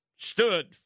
Stood